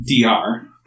DR